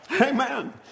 Amen